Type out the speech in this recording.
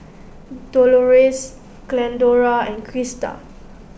Dolores Glendora and Krista